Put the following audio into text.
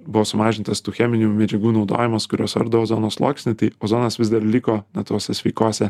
buvo sumažintas tų cheminių medžiagų naudojimas kurios ardo ozono sluoksnį tai ozonas vis dar liko na tose sveikose